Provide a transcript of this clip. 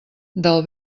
del